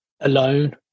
alone